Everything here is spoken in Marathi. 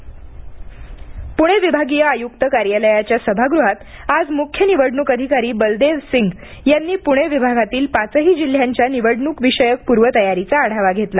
बलदेव सिंग पुणे विभागीय आयुक्त कार्यालयाच्या सभागृहात आज मुख्य निवडणूक अधिकारी बलदेव सिंग यांनी पुणे विभागातील पाचही जिल्ह्यांच्या निवडणूक विषयक पूर्व तयारीचा आढावा घेतला